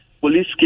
police